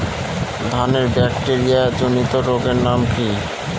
ধানের ব্যাকটেরিয়া জনিত রোগের নাম কি?